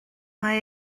mae